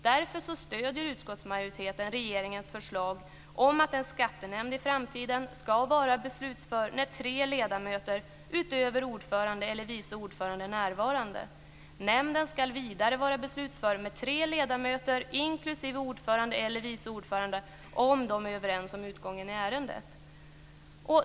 Därför stöder utskottsmajoriteten regeringens förslag om att en skattenämnd i framtiden ska vara beslutför när tre ledamöter utöver ordförande eller vice ordförande är närvarande. Nämnden ska vidare vara beslutför med tre ledamöter inklusive ordförande eller vice ordförande om de är överens om utgången i ärendet.